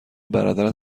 برادرت